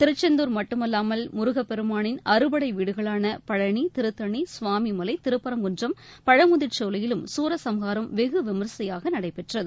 திருச்செந்தூர் மட்டுமல்லாமல் முருகப்பெருமானின் அறுபடை வீடுகளான பழனி திருத்தணி சுவாமி மலை திருப்பரங்குன்றம் பழமுதிர்ச்சோலையிலும் சூரசம்ஹாரம் வெகு விமர்சையாக நடைபெற்றது